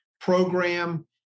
program